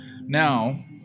Now